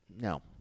no